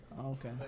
Okay